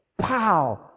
pow